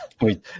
Wait